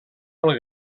del